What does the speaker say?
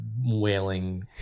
wailing